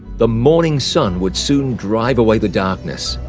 the morning sun would soon drive away the darkness.